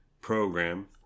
program